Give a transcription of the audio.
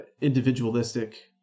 individualistic